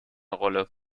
rolle